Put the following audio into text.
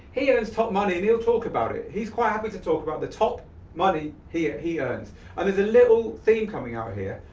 he and earns top money, and he'll talk about it. he's quite happy to talk about the top money he um he earns. and there's a little theme coming out here.